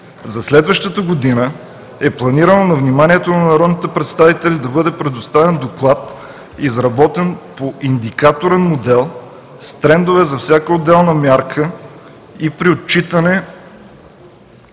За следващата година е планирано на вниманието на народните представители да бъде предоставен доклад, изработен по индикаторен модел, с трендове за всяка отделна мярка и при отчитане